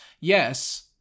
yes